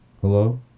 Hello